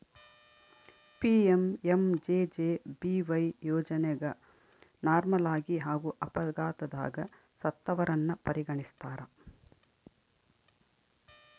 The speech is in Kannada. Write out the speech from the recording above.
ಪಿ.ಎಂ.ಎಂ.ಜೆ.ಜೆ.ಬಿ.ವೈ ಯೋಜನೆಗ ನಾರ್ಮಲಾಗಿ ಹಾಗೂ ಅಪಘಾತದಗ ಸತ್ತವರನ್ನ ಪರಿಗಣಿಸ್ತಾರ